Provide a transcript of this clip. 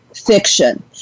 fiction